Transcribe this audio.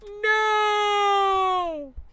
No